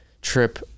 trip